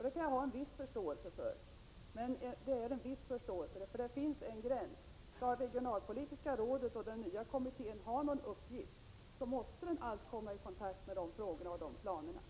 Det kan jag ha en viss förståelse för, men bara en viss förståelse, för det finns en gräns. Skall regionalpolitiska rådet och den nya kommittén ha någon uppgift måste de allt komma i kontakt med dessa frågor och planer.